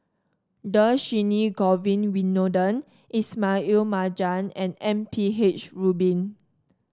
Dhershini Govin Winodan Ismail Marjan and M P H Rubin